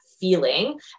feeling